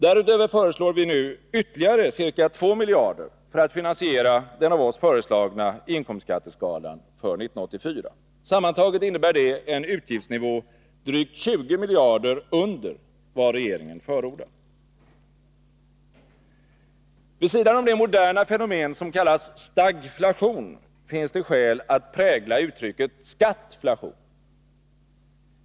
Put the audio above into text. Därutöver föreslår vi nu ytterligare ca 2 miljarder för att finansiera den av oss föreslagna inkomstskatteskalan för 1984. Sammantaget innebär det en utgiftsnivå drygt 20 miljarder under vad regeringen förordar. Vid sidan om det moderna fenomen som kallas stagflation finns det skäl att prägla uttrycket ”skattflation”.